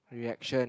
reaction